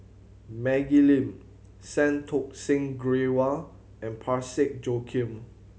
Maggie Lim Santokh Singh Grewal and Parsick Joaquim